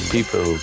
People